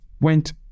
went